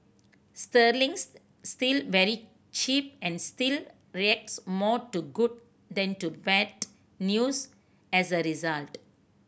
sterling's still very cheap and still reacts more to good than to bad news as a result